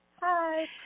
Hi